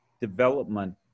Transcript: development